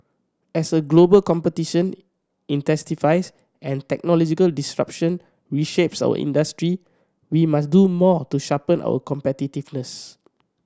as a global competition intensifies and technological disruption reshapes our industry we must do more to sharpen our competitiveness